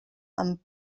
amb